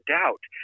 doubt